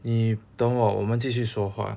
你等我我们继续说话